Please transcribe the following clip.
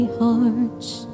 heart's